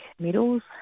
medals